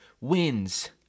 wins